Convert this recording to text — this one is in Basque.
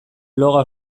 bloga